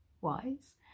wise